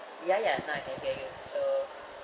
ya ya now I can hear you so